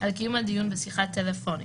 על קיום הדיון בשיחה טלפונית,